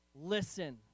Listen